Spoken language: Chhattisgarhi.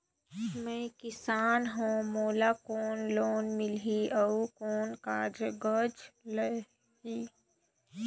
मैं किसान हव मोला कौन लोन मिलही? अउ कौन कागज लगही?